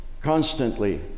constantly